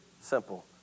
simple